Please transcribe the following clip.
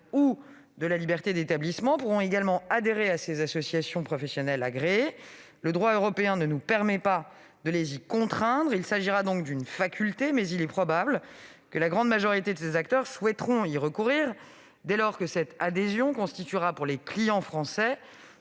ou de la liberté d'établissement pourront également adhérer à ces associations professionnelles agréées. Le droit européen ne nous permet pas de les y contraindre. Il s'agira donc d'une faculté, mais il est probable que la grande majorité de ces acteurs souhaiteront y recourir dès lors que cette adhésion constituera, pour les clients français,